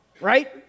right